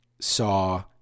saw